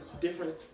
different